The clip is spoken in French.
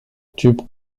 tube